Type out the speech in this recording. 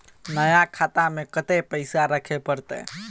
नया खाता में कत्ते पैसा रखे परतै?